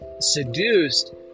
seduced